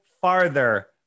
farther